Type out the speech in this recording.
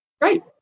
great